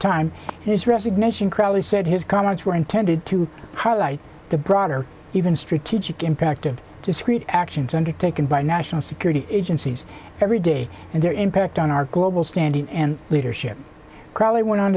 time his resignation crowley said his comments were intended to highlight the broader even strategic impact of discrete actions undertaken by national security agencies every day and their impact on our global standing and leadership probably went on